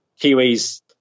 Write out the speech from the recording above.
Kiwis